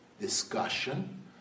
discussion